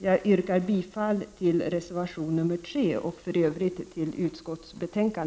Jag yrkar bifall till reservation 3 och i övrigt till utskottets hemställan.